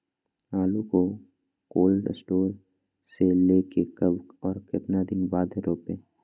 आलु को cold store से ले के कब और कितना दिन बाद रोपे?